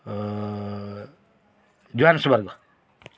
Johannesburg